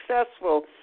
successful